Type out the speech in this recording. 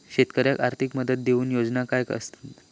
शेतकऱ्याक आर्थिक मदत देऊची योजना काय आसत?